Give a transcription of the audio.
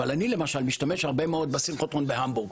אני למשל משתמש הרבה מאד בסינכרוטרון בהמבורג,